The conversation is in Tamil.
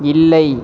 இல்லை